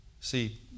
See